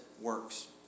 works